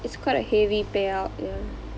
it's quite a heavy payout ya